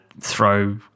throw